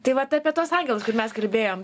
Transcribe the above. tai vat apie tuos angelus mes kalbėjom